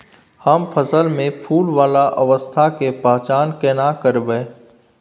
हम फसल में फुल वाला अवस्था के पहचान केना करबै?